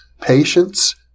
Patience